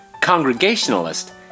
congregationalist